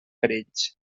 perills